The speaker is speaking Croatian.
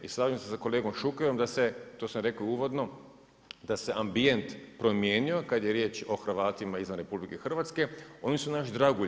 I slažem se sa kolegom Šukerom da se, to sam rekao i uvodno da se ambijent promijenio kada je riječ o Hrvatima izvan RH, oni su naš dragulj.